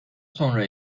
sonra